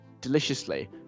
deliciously